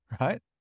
right